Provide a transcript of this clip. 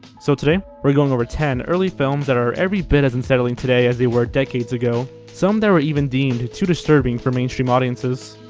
so today, we're going over ten early films that are every bit as unsettling today as they were decades ago some that were even deemed too disturbing for mainstream audiences.